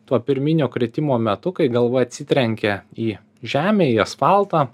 tuo pirminio kritimo metu kai galva atsitrenkia į žemę į asfaltą